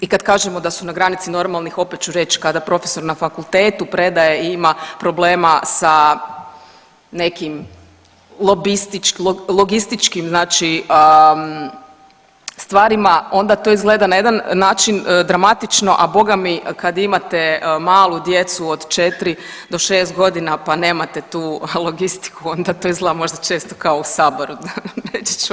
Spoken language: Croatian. I kad kažemo da su na granici normalnih opet ću reći kada profesor na fakultetu predaje i ima problema sa nekim logističkim znači stvarima onda to izgleda na jedan način dramatično, a bogami kad imate malu djecu od 4 do 6 godina pa nemate tu logistiku onda to izgleda možda često kao u Saboru reći ću.